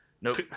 Nope